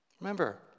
remember